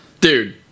dude